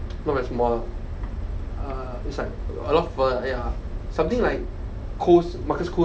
not very small lah err it's like a lot of fur uh ya something like koh's marcus koh's